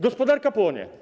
Gospodarka płonie.